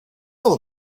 all